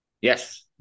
Yes